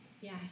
Yes